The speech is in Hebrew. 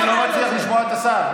אני לא מצליח לשמוע את השר.